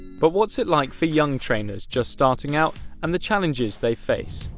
but what's it like for young trainers just starting out and the challenges they face?